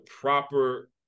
proper